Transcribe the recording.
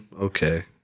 okay